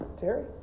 Terry